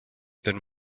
then